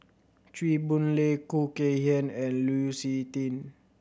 Chew Boon Lay Khoo Kay Hian and Lu Suitin